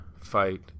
fight